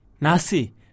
nasi